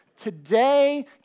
today